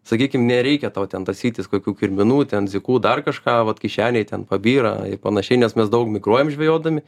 sakykim nereikia tau ten tasytis kokių kirminų ten dzikų dar kažką vat kišenėj ten pabyra ir panašiai nes mes daug migruojam žvejodami